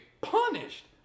punished